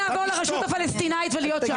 עופר, אתה מוזמן לעבור לרשות הפלסטינית ולהיות שם.